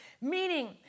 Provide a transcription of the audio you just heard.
Meaning